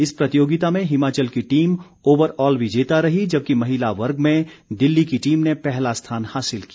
इस प्रतियोगिता में हिमाचल की टीम ओवर ऑल विजेता रही जबकि महिला वर्ग में दिल्ली की टीम ने पहला स्थान हासिल किया